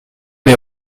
les